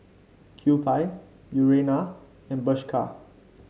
Kewpie Urana and Bershka